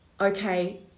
okay